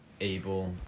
able